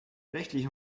rechtlich